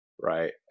right